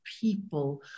people